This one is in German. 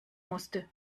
musste